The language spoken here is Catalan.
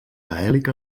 gaèlic